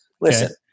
Listen